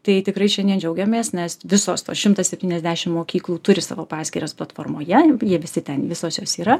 tai tikrai šiandien džiaugiamės nes visos tos šimtas septyniasdešim mokyklų turi savo paskyras platformoje jie visi ten visos jos yra